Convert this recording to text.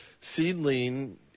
seedling